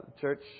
church